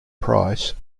price